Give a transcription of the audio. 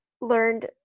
learned